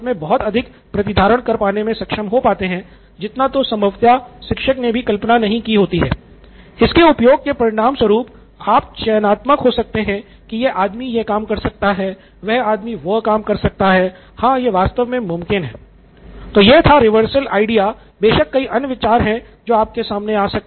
बेशक कई अन्य विचार हैं जो आपके सामने आ सकते हैं